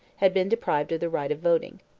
had been deprived of the right of voting.